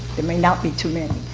there may not be too many.